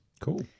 Cool